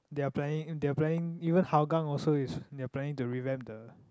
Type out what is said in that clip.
their planning their planning even Hougang also is their planning to revamp the